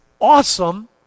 awesome